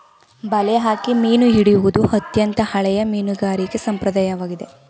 ಬಲೆ ಹಾಕಿ ಮೀನು ಹಿಡಿಯುವುದು ಅತ್ಯಂತ ಹಳೆಯ ಮೀನುಗಾರಿಕೆ ಸಂಪ್ರದಾಯವಾಗಿದೆ